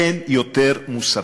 אין יותר מוסרי.